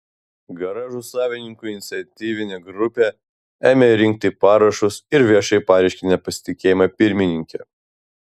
garažų savininkų iniciatyvinė grupė ėmė rinkti parašus ir viešai pareiškė nepasitikėjimą pirmininke